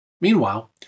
Meanwhile